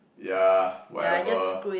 ya whatever